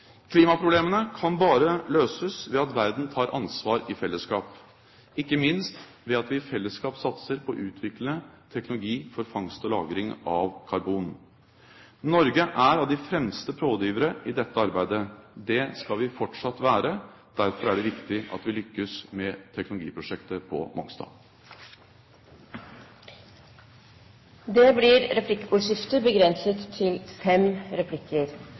Klimaproblemene kan bare løses ved at verden tar ansvar i fellesskap, ikke minst ved at vi i fellesskap satser på å utvikle teknologi for fangst og lagring av karbon. Norge er av de fremste pådrivere i dette arbeidet. Det skal vi fortsatt være. Derfor er det viktig at vi lykkes med teknologiprosjektet på Mongstad. Det blir replikkordskifte.